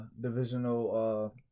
divisional